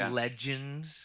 legends